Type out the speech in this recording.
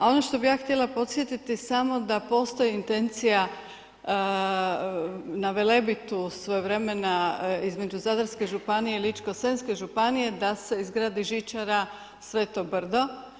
A ono što bih ja htjela podsjetiti samo da postoji intencija na Velebitu svojevremena između Zadarske županije i Ličko-senjske županije da se izgradi žičara Sveto brdo.